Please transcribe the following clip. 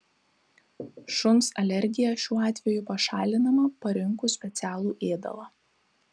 šuns alergija šiuo atveju pašalinama parinkus specialų ėdalą